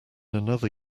another